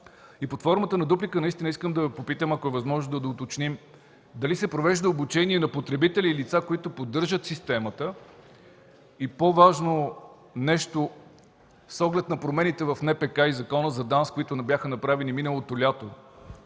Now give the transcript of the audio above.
г. Под формата на дуплика бих искал да Ви попитам, ако е възможно да доуточним дали се провежда обучение на потребители и лица, които поддържат системата? И по-важно нещо – с оглед промените в НПК и Закона за ДАНС, които бяха направени миналото лято,